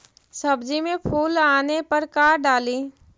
सब्जी मे फूल आने पर का डाली?